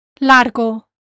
Largo